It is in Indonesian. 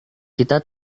kita